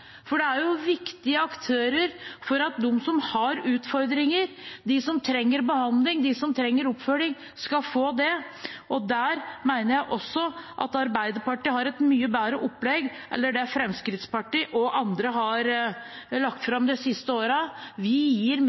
for det er viktige aktører for at de som har utfordringer, og som trenger behandling eller oppfølging, skal få det. Der mener jeg også at Arbeiderpartiet har et mye bedre opplegg enn det Fremskrittspartiet og andre har lagt fram de siste årene. Vi gir mer